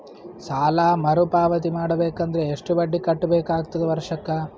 ಸಾಲಾ ಮರು ಪಾವತಿ ಮಾಡಬೇಕು ಅಂದ್ರ ಎಷ್ಟ ಬಡ್ಡಿ ಕಟ್ಟಬೇಕಾಗತದ ವರ್ಷಕ್ಕ?